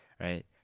right